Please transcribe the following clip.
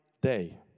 day